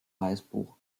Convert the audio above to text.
weißbuch